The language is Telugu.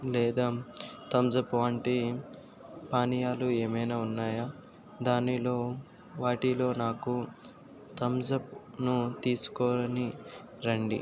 లేదా థమ్స్ అప్ వంటి పానీయాలు ఏమైనా ఉన్నాయా దానిలో వాటిలో నాకు థమ్స్ అప్ను తీసుకుని రండి